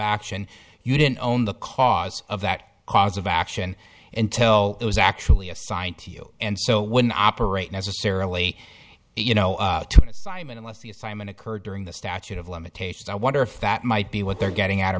action you didn't own the cause of that cause of action until it was actually assigned to you and so when operate necessarily you know simon unless the assignment occurred during the statute of limitations i wonder if that might be what they're getting at or